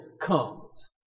comes